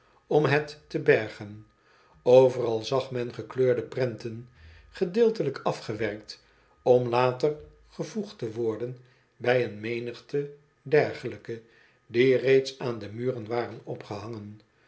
om het te bergen overal zag men gekleurde prenten gedeeltelijk afgewerkt om later gevoegd te worden bij een menigte dergelijke die reeds aan de muren waren opgehangen